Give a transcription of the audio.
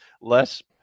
less